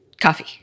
Coffee